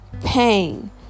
pain